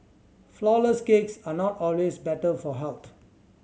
flourless cakes are not always better for health